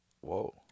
whoa